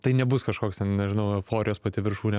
tai nebus kažkoks ten nežinau euforijos pati viršūnė